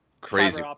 crazy